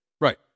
right